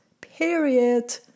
period